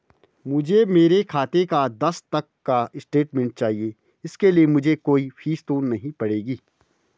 मुझे मेरे खाते का दस तक का स्टेटमेंट चाहिए इसके लिए मुझे कोई फीस तो नहीं पड़ेगी?